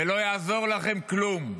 ולא יעזור לכם כלום.